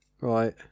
right